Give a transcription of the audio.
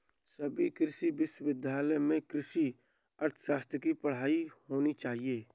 सभी कृषि विश्वविद्यालय में कृषि अर्थशास्त्र की पढ़ाई होनी चाहिए